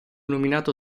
nominato